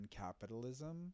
capitalism